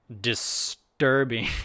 disturbing